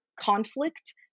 conflict